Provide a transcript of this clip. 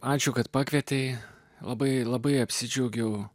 ačiū kad pakvietei labai labai apsidžiaugiau